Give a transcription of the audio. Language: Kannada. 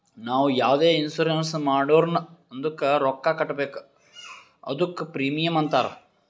ನಾವು ಯಾವುದೆ ಇನ್ಸೂರೆನ್ಸ್ ಮಾಡುರ್ನು ಅದ್ದುಕ ರೊಕ್ಕಾ ಕಟ್ಬೇಕ್ ಅದ್ದುಕ ಪ್ರೀಮಿಯಂ ಅಂತಾರ್